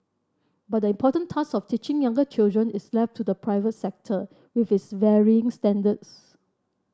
but the important task of teaching younger children is left to the private sector with its varying standards